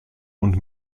und